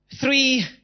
three